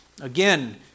Again